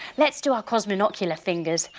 let's do our cosminocular fingers!